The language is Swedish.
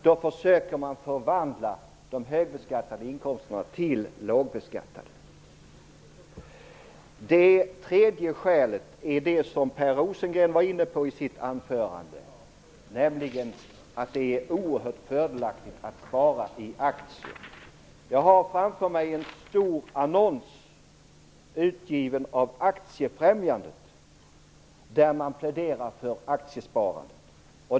Då försöker man förvandla de högbeskattade inkomsterna till lågbeskattade. Det tredje skälet är det som Per Rosengren var inne på i sitt anförande, nämligen att det är oerhört fördelaktigt att spara i aktier. Jag har framför mig en stor annons utgiven av Aktiefrämjandet, där man pläderar för aktiesparande.